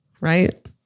Right